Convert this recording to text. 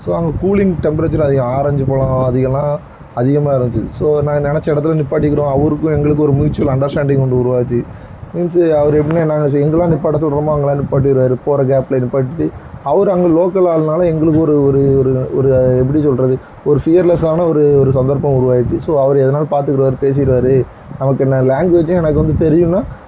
so அங்கே cooling temperature அதிகம் orange பலம் அதிகம்லாம் அதிகமாயிருந்துச்சு ஸோ நாங்கள் நினச்ச இடத்துல நிப்பாட்டிக்கிறோம் அவருக்கும் எங்களுக்குமே ஒரு மியூச்சல் அண்டர்ஸ்டான்டிங் ஒன்று உருவாச்சு இந்துச்சு அவர் எப்படினா நாங்கள் எங்கெல்லாம் நிப்பாட்ட சொல்கிறோமோ அங்கெல்லாம் நிப்பாட்டிருவார் போகிற கேப்லயே நிப்பாட்டிட்டு அவரு அங்கே லோக்கல் ஆளுன்னால் எங்களுக்கு ஒரு ஒரு ஒரு ஒரு எப்படி சொல்கிறது ஒரு ஃபியர்ளஸான ஒரு ஒரு சந்தர்ப்பம் உருவாயிரிச்சு ஸோ அவரு எதுனாலும் பார்த்துக்குருவாரு பேசிருவார் நமக்கென்ன லேங்வேஜூம் எனக்கு வந்து தெரியும்னா